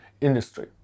industry